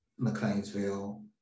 McLeansville